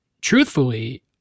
truthfully